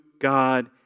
God